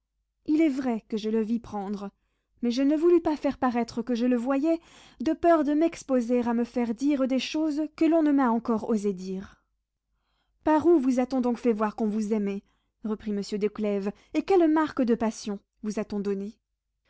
il est vrai que je le vis prendre mais je ne voulus pas faire paraître que je le voyais de peur de m'exposer à me faire dire des choses que l'on ne m'a encore osé dire par où vous a-t-on donc fait voir qu'on vous aimait reprit monsieur de clèves et quelles marques de passion vous a-t-on données